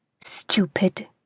Stupid